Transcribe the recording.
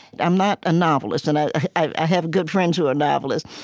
i'm not a novelist, and i i have good friends who are novelists,